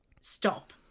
stop